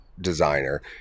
designer